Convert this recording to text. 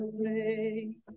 away